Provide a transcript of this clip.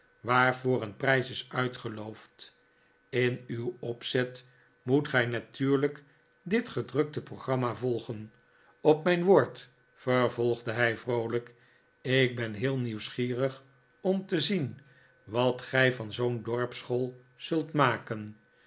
waarvoor een prijs is uitgeloofd in uw opzet moet gij natuurlijk dit gedrukte programma volgen op mijn woord vervolgde hij vroolijk ik ben heel nieuwsgierig om te zien wat gij van zoo'n dorpsschool zult maken